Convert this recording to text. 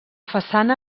façana